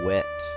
Wet